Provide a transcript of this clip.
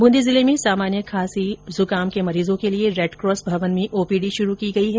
बूंदी जिले में सामान्य खांसी जुकाम के मरीजों के लिए रेडक्रॉस भवन में ओपीडी शुरू की गई है